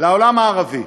לעולם הערבי.